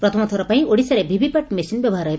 ପ୍ରଥମଥର ପାଇଁ ଓଡ଼ିଶାରେ ଭିଭିପାଟ୍ ମେସିନ୍ ବ୍ୟବହାର ହେବ